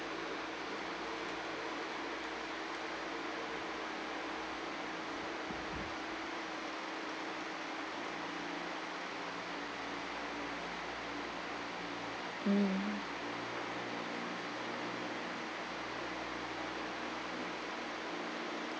mm